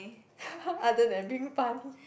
other than being funny